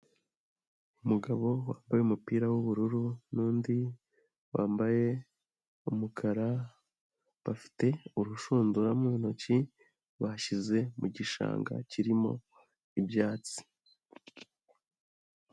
umugabo wambaye umupira wubururu n'undi wambaye umukara bafite urushundura mu ntoki, bashyize mu gishanga kirimo ibyatsi.